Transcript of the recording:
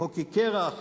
הוקי קרח,